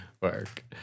Work